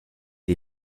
les